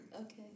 Okay